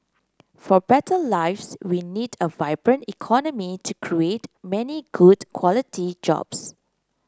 for better lives we need a vibrant economy to create many good quality jobs